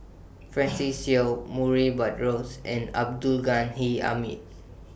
Francis Seow Murray Buttrose and Abdul Ghani Hamid